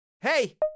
Hey